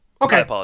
Okay